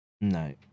no